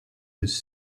his